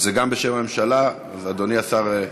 זה גם בשם הממשלה, אז אדוני השר,